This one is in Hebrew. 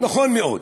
נכון מאוד.